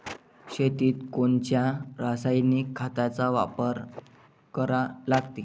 शेतीत कोनच्या रासायनिक खताचा वापर करा लागते?